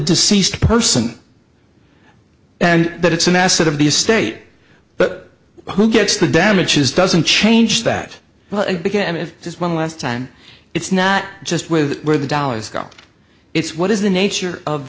deceased person and that it's an asset of the state but who gets the damages doesn't change that but again it is one less time it's not just with where the dollars go it's what is the nature of